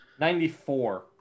94